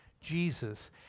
Jesus